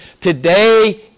Today